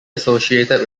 associated